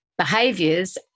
behaviors